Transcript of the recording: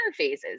interfaces